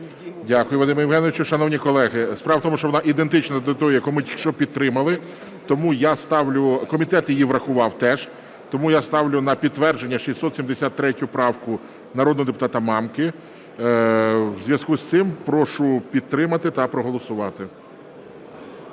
Дякую, Вадим Євгенович. Шановні колеги, справа в тому, що вона ідентична до тої, яку ми тільки що підтримали. Тому я ставлю... Комітет її врахував теж. Тому я ставлю на підтвердження 673 правку народного депутата Мамки, в зв'язку із тим прошу підтримати та проголосувати.